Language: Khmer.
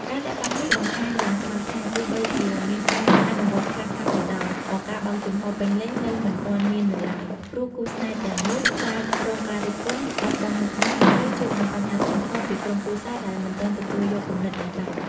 ការលាក់បាំងនេះបង្ហាញយ៉ាងច្បាស់ថា ទោះបីជាមានការអនុវត្តខ្លះៗក៏ដោយ ក៏ការបើកចំហរពេញលេញនៅមិនទាន់មាននៅឡើយ ព្រោះគូស្នេហ៍ទាំងនោះខ្លាចរងការរិះគន់ បាត់បង់មុខមាត់ ឬជួបនឹងបញ្ហាធ្ងន់ធ្ងរពីក្រុមគ្រួសារដែលមិនទាន់ទទួលយកគំនិតនេះបាន។